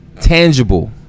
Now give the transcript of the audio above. tangible